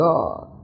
God